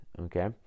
okay